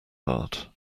heart